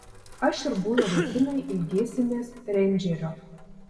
aš ir būrio vaikinai ilgėsimės reindžerio